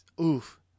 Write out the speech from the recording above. Oof